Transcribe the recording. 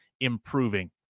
improving